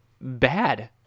bad